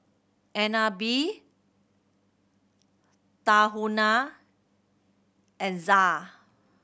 Agnes B Tahuna and ZA